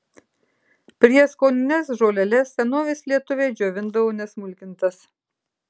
prieskonines žoleles senovės lietuviai džiovindavo nesmulkintas